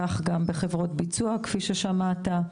כך גם בחברות ביצוע כפי ששמעת.